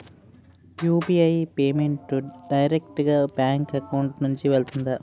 UPI payment direct గా bank account నుంచి వెళ్తుందా?